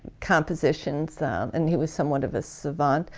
compositions and he was somewhat of a savant.